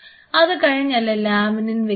അതുകഴിഞ്ഞ് അല്ലേ ലാമിനിനെ വെക്കുന്നത്